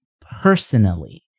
personally